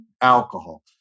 alcohol